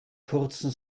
kurzen